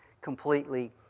completely